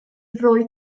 roi